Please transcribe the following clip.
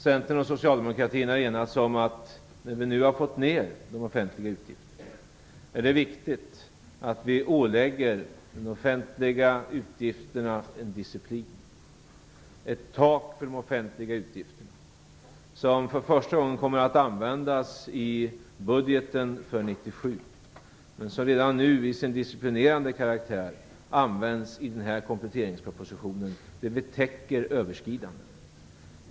Centern och socialdemokratin har enats om att när vi nu har fått ned de offentliga utgifterna är det viktigt att vi ålägger de offentliga utgifterna en disciplin. Det innebär ett tak för de offentliga utgifterna som för första gången kommer att användas i budgeten för 1997 men som redan nu i sin disciplinerande karaktär används i denna kompletteringsproposition för att täcka överskridanden.